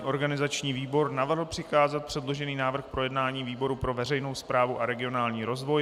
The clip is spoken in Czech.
Organizační výbor navrhl přikázat předložený návrh k projednání výboru pro veřejnou správu a regionální rozvoj.